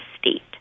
state